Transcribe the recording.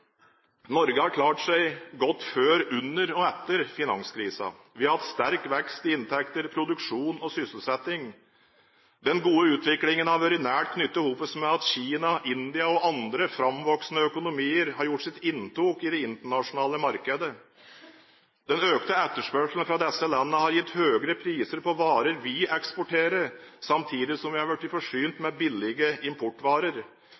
Norge har klart seg godt før, under og etter finanskrisen. Vi har hatt sterk vekst i inntekter, produksjon og sysselsetting. Den gode utviklingen har vært nært knyttet sammen med at Kina, India og andre framvoksende økonomier har gjort sitt inntog i det internasjonale markedet. Den økte etterspørselen fra disse landene har gitt høyere priser på varer vi eksporterer, samtidig som vi er blitt forsynt med billige importvarer.